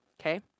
Okay